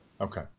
Okay